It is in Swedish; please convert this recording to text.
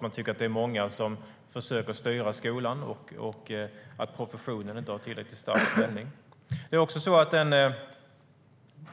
De tycker att det är många som försöker styra skolan och att professionen inte har tillräckligt stark ställning. Den